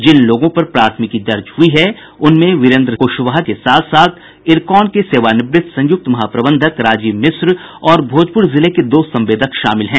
जिन लोगों पर प्राथमिकी दर्ज हुई इसमें वीरेन्द्र कुशवाहा के साथ साथ इरकॉन के सेवानिवृत संयुक्त महाप्रबंधक राजीव मिश्र और भोजपुर जिले के दो संवेदक शामिल हैं